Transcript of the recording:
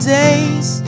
days